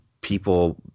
people